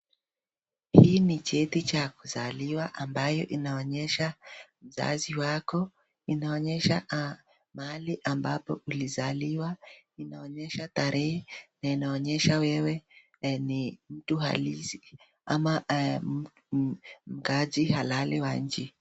Hii ni cheti cha kuzaliwa ambayo inaonyesha mzazi wako. Inaonyesha mahali ambapo ulizaliwa. Inaonyesha tarehe na inaonyesha wewe ni mtu halisi ama ni mkaaji halai wa nchi.